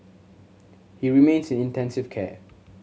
he remains in intensive care